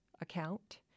account